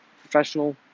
professional